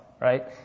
right